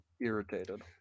irritated